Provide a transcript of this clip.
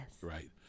right